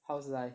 how's life